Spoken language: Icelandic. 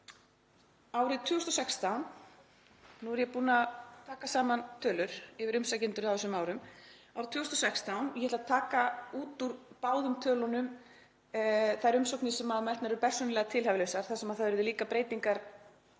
Árið 2016 — nú er ég búin að taka saman tölur yfir umsækjendur á þessum árum. Ég ætla að taka út úr báðum tölunum þær umsóknir sem metnar voru bersýnilega tilhæfulausar þar sem það urðu líka breytingar